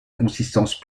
consistance